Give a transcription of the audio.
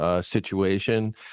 situation